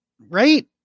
right